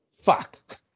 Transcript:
Fuck